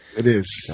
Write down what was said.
it is.